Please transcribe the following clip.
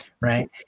Right